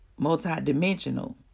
multidimensional